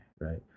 right